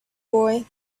boy